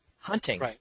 hunting